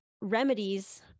remedies